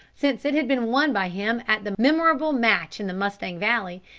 since it had been won by him at the memorable match in the mustang valley,